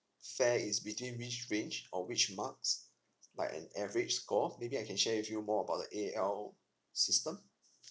fair is between which range or which marks by an average score maybe I can share with you more about the A L system